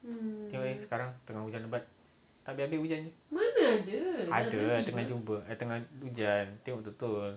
tengok ni sekarang tengah hujan lebat tak habis-habis hujan jer ada I tengah jumpa tengah hujan tengok betul- betul